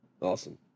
awesome